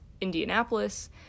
Indianapolis